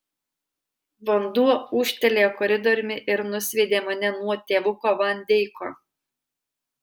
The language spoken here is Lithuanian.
vanduo ūžtelėjo koridoriumi ir nusviedė mane nuo tėvuko van deiko